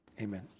Amen